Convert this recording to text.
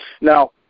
Now